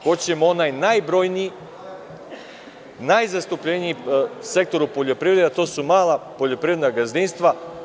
Hoćemo onaj najbrojniji, najzastupljeniji sektor u poljoprivredi, a to su mala poljoprivredna gazdinstva.